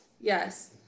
Yes